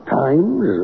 times